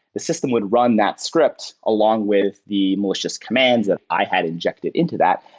the system would run that script along with the malicious commands that i had injected into that.